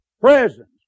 presence